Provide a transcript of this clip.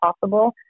possible